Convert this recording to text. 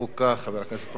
בבקשה, אדוני.